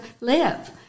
live